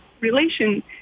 relation